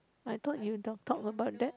I thought you don't talk about that